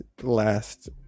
last